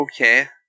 Okay